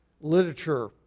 literature